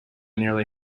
nearly